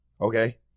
okay